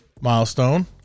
Milestone